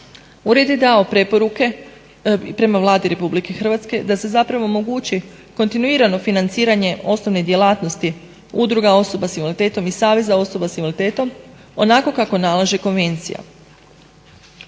Ured je dao preporuke prema Vladi RH da se omogući kontinuirano financiranje osnovne djelatnosti Udruga osoba sa invaliditetom i SAveza osoba sa invaliditetom onako kako nalaže konvencija.